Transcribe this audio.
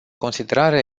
considerare